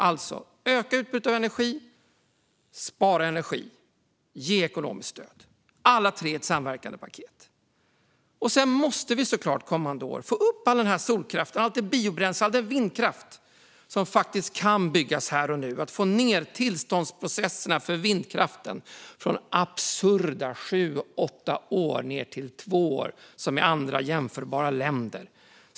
Alltså: Öka utbudet av energi, spara energi och ge ekonomiskt stöd - alla tre i ett samverkande paket. Kommande år måste vi såklart också få fram all den solkraft, biobränsle och vindkraft som faktiskt kan byggas här och nu. Tillståndsprocessen för vindkraft måste kortas från dagens absurda sju åtta år till två år, som i andra jämförbara länder.